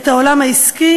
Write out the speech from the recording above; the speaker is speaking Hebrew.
את העולם העסקי,